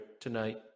tonight